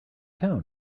town